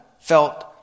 felt